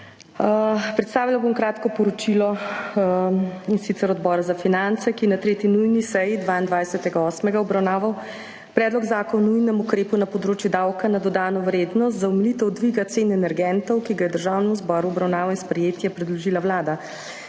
Predstavila bom kratko poročilo Odbora za finance, ki je na 3. nujni seji, 22. 8., obravnaval Predlog zakona o nujnem ukrepu na področju davka na dodano vrednost za omilitev dviga cen energentov, ki ga je Državnemu zboru v obravnavo in sprejetje predložila Vlada.